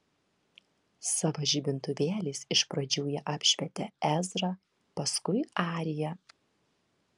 savo žibintuvėliais iš pradžių jie apšvietė ezrą paskui ariją